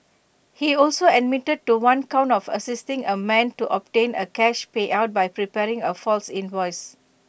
he also admitted to one count of assisting A man to obtain A cash payout by preparing A false invoice